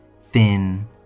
Thin